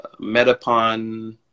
Metapon